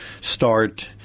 start